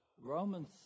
Romans